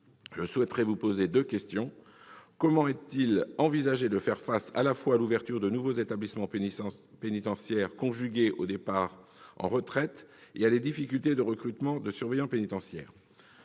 je souhaite vous poser quelques questions. Comment est-il envisagé de faire face à l'ouverture de nouveaux établissements pénitentiaires, conjuguée aux départs à la retraite et à des difficultés de recrutement de surveillants pénitentiaires ?